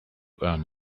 earn